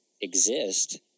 exist